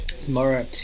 tomorrow